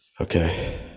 okay